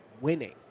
winning